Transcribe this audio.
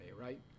right